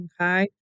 Okay